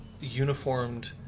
uniformed